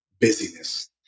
Busyness